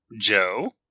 Joe